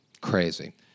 Crazy